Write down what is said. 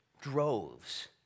droves